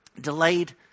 Delayed